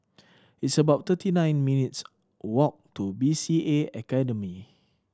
it's about thirty nine minutes' walk to B C A Academy